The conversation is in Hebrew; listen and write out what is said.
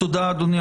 תודה אדוני,